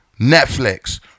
Netflix